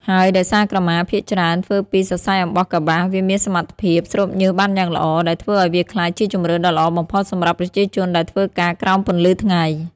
ហើយដោយសារក្រមាភាគច្រើនធ្វើពី សរសៃអំបោះកប្បាស វាមានសមត្ថភាព ស្រូបញើសបានយ៉ាងល្អ ដែលធ្វើឱ្យវាក្លាយជាជម្រើសដ៏ល្អបំផុតសម្រាប់ប្រជាជនដែលធ្វើការក្រោមពន្លឺថ្ងៃ។